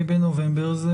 26, אני חושב.